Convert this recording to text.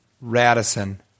Radisson